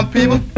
people